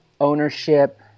Ownership